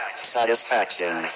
satisfaction